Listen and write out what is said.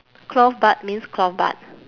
clove bud means clove bud